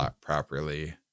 properly